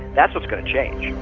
that's what's going to change.